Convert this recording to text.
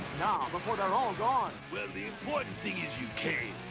now before they're all gone! well, the important thing is you came.